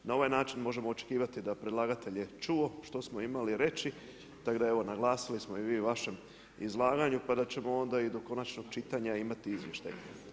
Na ovaj način možemo očekivati, da predlagatelj je čuo što smo imali reći, tako da evo, naglasili smo mi vaše izlaganje, pa da ćemo onda i do konačnog čitanja imati izvještaj.